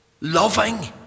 loving